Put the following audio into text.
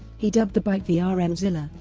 he dubbed the bike the ah rm-zilla,